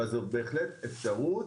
אבל זו בהחלט אפשרות,